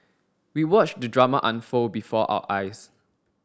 we watched the drama unfold before our eyes